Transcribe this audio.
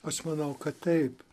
aš manau kad taip